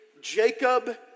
Jacob